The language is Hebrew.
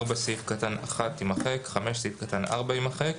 הסתייגות מספר 4 סעיף קטן (1) יימחק.